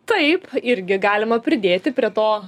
taip irgi galima pridėti prie to